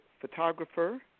photographer